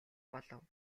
болов